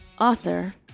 author